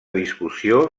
discussió